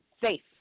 safe